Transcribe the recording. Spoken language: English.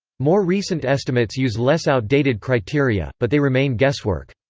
more recent estimates use less outdated criteria, but they remain guesswork.